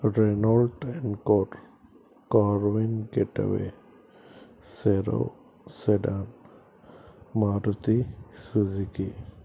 Renault encore కార్విన్ get away సెరోవ్ sedan Maruti Suzuki